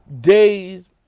days